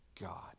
God